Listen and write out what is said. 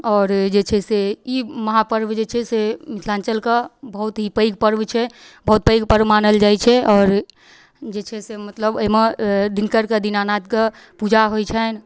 आओर जे छै से ई महापर्व जे छै से मिथिलाञ्चलके बहुत ही पैघ पर्व छै बहुत पैघ पर्व मानल जाइ छै आओर जे छै से मतलब एहिमे दिनकरके दीनानाथके पूजा होइ छनि